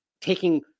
taking